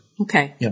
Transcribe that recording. Okay